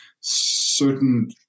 Certain